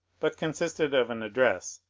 but consisted of an address,